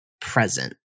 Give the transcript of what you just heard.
present